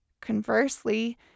Conversely